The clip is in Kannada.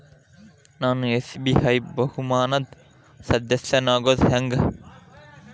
ನಾನು ಎಸ್.ಬಿ.ಐ ಬಹುಮಾನದ್ ಸದಸ್ಯನಾಗೋದ್ ಹೆಂಗ?